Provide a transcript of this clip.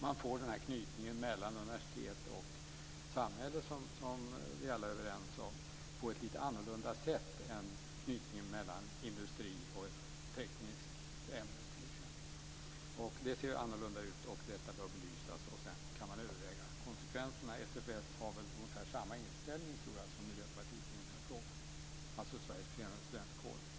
Man får då den knytning mellan universitet och samhälle som vi alla är överens om på ett lite annorlunda sätt än t.ex. knytningen mellan industri och ett tekniskt ämne. Det ser annorlunda ut, och detta bör belysas. Sedan kan man överväga konsekvenserna. SFS, Sveriges Förenade Studentkårer, har väl ungefär samma inställning i den här frågan som Miljöpartiet.